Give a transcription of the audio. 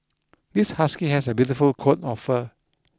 this husky has a beautiful coat of fur